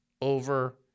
over